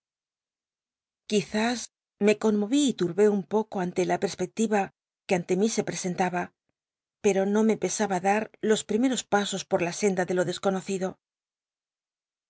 quizás me conmo'i y turbé un poco ante la pcrspectira que ante mi se presentaba pero no me pesaba dar los primeros pasos pot la senda de jo desconocido